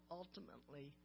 ultimately